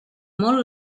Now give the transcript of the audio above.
molt